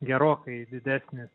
gerokai didesnis